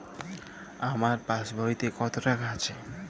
আমার পাসবইতে কত টাকা আছে?